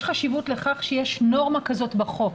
יש חשיבות לכך שיש נורמה כזאת בחוק,